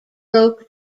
broke